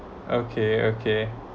okay okay